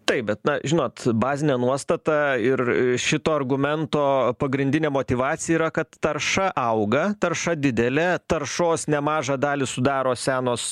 taip bet na žinot bazinė nuostata ir šito argumento pagrindinė motyvacija yra kad tarša auga tarša didelė taršos nemažą dalį sudaro senos